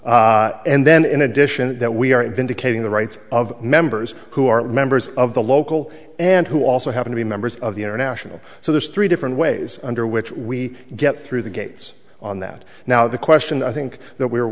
locals and then in addition to that we are vindicating the rights of members who are members of the local and who also happen to be members of the international so there's three different ways under which we get through the gates on that now the question i think that we're